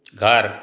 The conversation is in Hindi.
घर